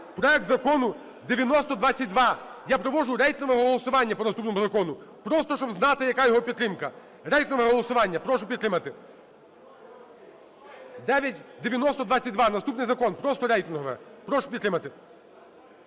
Проект закону 9022, я проводжу рейтингове голосування по цьому закону. Просто, щоб знати, яка його підтримка. Рейтингове голосування. Прошу підтримати. 9022, наступний закон, просто рейтингове, прошу підтримати.